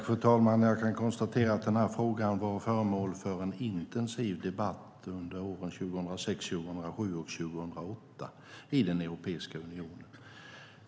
Fru talman! Jag kan konstatera att denna fråga var föremål för en intensiv debatt i Europeiska unionen under åren 2006, 2007 och 2008.